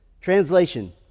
Translation